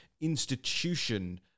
institution